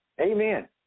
Amen